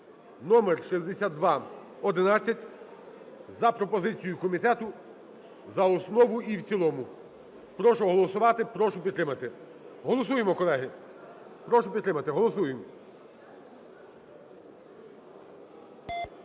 (№6211). За пропозицією комітету – за основу і в цілому. Прошу голосувати, прошу підтримати. Голосуємо, колеги. Прошу підтримати, голосуємо.